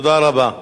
תודה רבה.